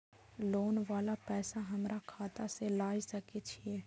Loan वाला पैसा हमरा खाता से लाय सके छीये?